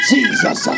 Jesus